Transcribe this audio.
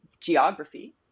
geography